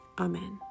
Amen